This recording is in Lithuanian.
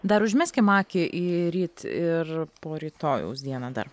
dar užmeskim akį į ryt ir porytojaus dieną dar